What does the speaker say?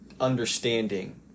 understanding